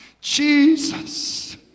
Jesus